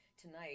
tonight